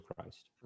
Christ